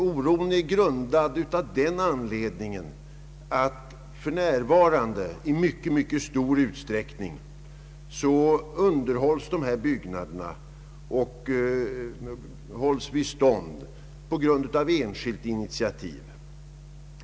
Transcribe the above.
Oron grundar sig på att dessa byggnader för närvarande i mycket mycket stor utsträckning underhålls genom en skilt initiativ.